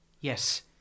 yes